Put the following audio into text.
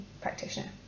practitioner